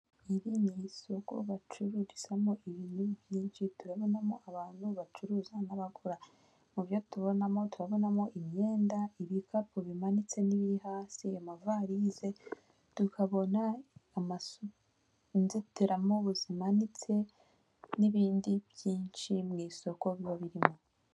Iri ni isoko bacururizamo ibintu byinshi turabonamo abantu bacuruza n'abagura mu byo tubonamo, turabonamo imyenda, ibikapu bimanitse n'ibibiri hasi, amavarize tukabona inzitiramubu zimanitse n'ibindi byinshi mu isoko biba birimo.